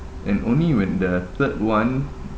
and only when the third one